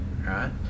Right